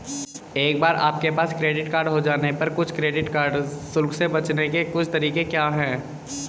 एक बार आपके पास क्रेडिट कार्ड हो जाने पर कुछ क्रेडिट कार्ड शुल्क से बचने के कुछ तरीके क्या हैं?